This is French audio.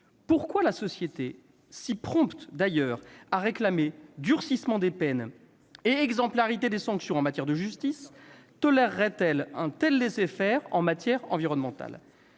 Pourquoi la société, si prompte d'ailleurs à réclamer durcissement des peines et exemplarité des sanctions en matière de justice, tolérerait-elle un tel laissez-faire en matière environnementale ?